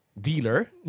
dealer